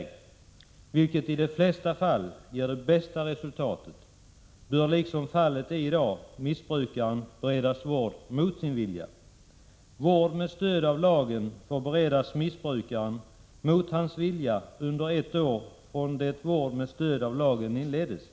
1986/87:30 = vilket i de flesta fall ger det bästa resultatet — bör, liksom fallet är i dag, 19 november 1986 missbrukaren beredas vård mot sin vilja. Vård med stöd av lagen får beredas Vas rr or missbrukaren mot hans vilja under ett år från det att vård med stöd av lagen inleddes.